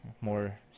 more